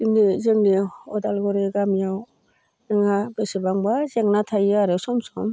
जोंनि उदालगुरि गामियाव जोंना बेसेबांबा जेंना थायो आरो सम सम